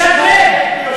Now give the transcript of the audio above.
לשדרג,